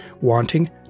Wanting